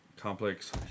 Complex